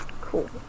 Cool